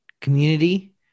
community